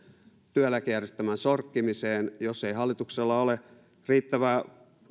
työeläkejärjestelmän sorkkimiseen jos ei hallituksella ole riittävää